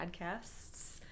Podcasts